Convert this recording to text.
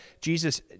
Jesus